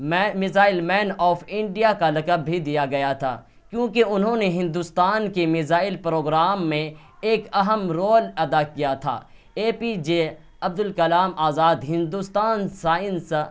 میں missile man of India کا لقب بھی دیا گیا تھا کیونکہ انہوں نے ہندوستان کی میزائل پروگرام میں ایک اہم رول ادا کیا تھا A P J Abdul Kalam Azad Hindustan science